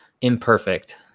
imperfect